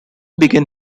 began